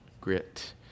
grit